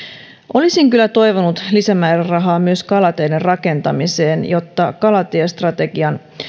olisin kyllä toivonut lisämäärärahaa myös kalateiden rakentamiseen jotta kalatiestrategian